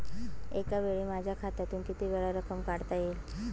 एकावेळी माझ्या खात्यातून कितीवेळा रक्कम काढता येईल?